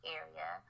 area